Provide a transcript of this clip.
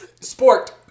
Sport